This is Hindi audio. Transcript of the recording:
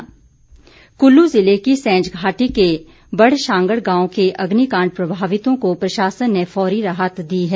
राहत कल्लू जिले की सैंज घाटी के बड़शांघड़ गांव के अग्निकाण्ड प्रभावितों को प्रशासन ने फौरी राहत दी है